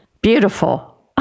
Beautiful